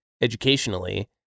educationally